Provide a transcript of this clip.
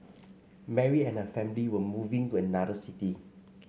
Mary and her family were moving to another city